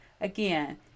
again